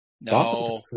No